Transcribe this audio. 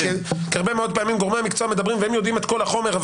כי הרבה מאוד פעמים גורמי המקצוע מדברים והם יודעים את כל החומר,